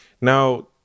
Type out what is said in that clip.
Now